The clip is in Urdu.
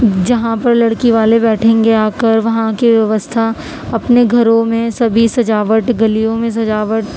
جہاں پر لڑکی والے بیٹھیں گے آکر وہاں کے بیوستھا اپنے گھروں میں سبھی سجاوٹ گلیوں میں سجاوٹ